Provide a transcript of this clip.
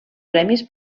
premis